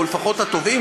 או לפחות התובעים,